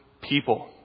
people